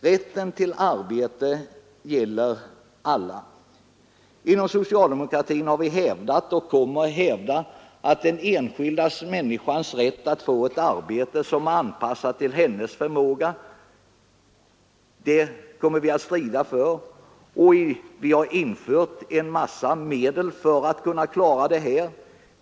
Rätten till arbete gäller alla. Inom socialdemokratin har vi hävdat och kommer att hävda den enskilda människans rätt att få ett arbete som är anpassat till hennes förmåga. Det kommer vi att strida för, och vi har skapat en massa medel för att kunna klara uppgiften.